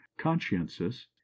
consciences